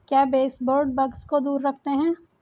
क्या baseboard bugs को दूर रखते हैं?